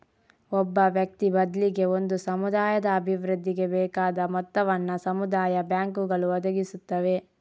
ಒಬ್ಬ ವ್ಯಕ್ತಿ ಬದ್ಲಿಗೆ ಒಂದು ಸಮುದಾಯದ ಅಭಿವೃದ್ಧಿಗೆ ಬೇಕಾದ ಮೊತ್ತವನ್ನ ಸಮುದಾಯ ಬ್ಯಾಂಕುಗಳು ಒದಗಿಸುತ್ತವೆ